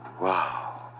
wow